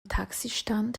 taxistand